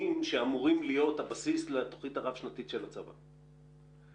שאמורים להיות הבסיס לתוכנית הרב-שנתית של הצבא.